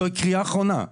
זוהי קריאה אחרונה.